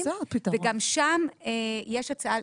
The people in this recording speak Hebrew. וגם שם יש הצעה,